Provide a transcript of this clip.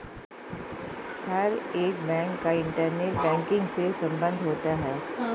हर एक बैंक का internet banking से सम्बन्ध हुआ करता है